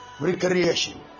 recreation